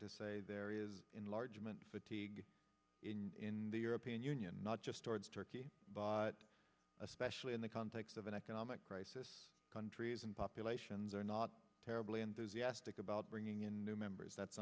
to say there is enlargement fatigue in the european union not just towards turkey by especially in the context of an economic crisis countries and populations are not terribly enthusiastic about bringing in new members that's